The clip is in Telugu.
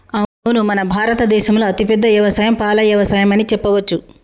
అవును మన భారత దేసంలో అతిపెద్ద యవసాయం పాల యవసాయం అని చెప్పవచ్చు